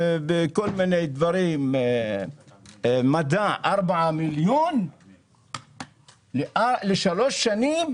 ומסתכל על סעיף כמו מדע, 4 מיליון לשלוש שנים